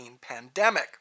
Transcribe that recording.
pandemic